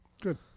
good